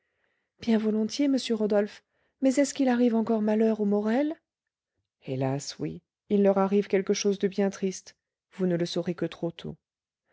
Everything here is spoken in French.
bien volontiers monsieur rodolphe mais est-ce qu'il arrive encore malheur aux morel hélas oui il leur arrive quelque chose de bien triste vous ne le saurez que trop tôt